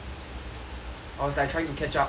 I was like trying to catch up